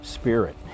spirit